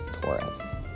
Taurus